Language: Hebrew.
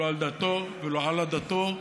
לא על דתו ולא על עדתו.